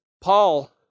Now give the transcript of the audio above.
Paul